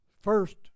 first